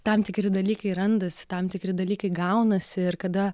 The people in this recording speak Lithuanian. tam tikri dalykai randasi tam tikri dalykai gaunasi ir kada